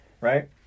right